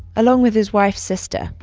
along with his wife's sister,